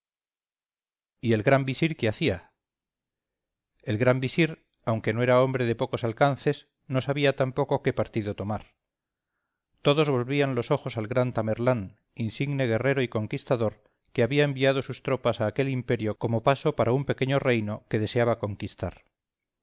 y el gran visir qué hacía el gran visir aunque no era hombre de pocos alcances no sabía tampoco qué partido tomar todos volvían los ojos al gran tamerlán insigne guerrero y conquistador que había enviado sus tropas a aquel imperio como paso para un pequeño reino que deseaba conquistar